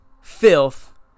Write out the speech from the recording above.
filth